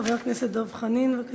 חבר הכנסת דב חנין, בבקשה.